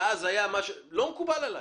זה לא מקובל עליי.